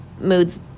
moods